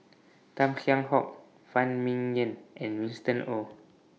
Tan Kheam Hock Phan Ming Yen and Winston Oh